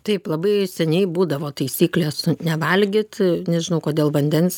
taip labai seniai būdavo taisyklės nevalgyt nežinau kodėl vandens